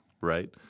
right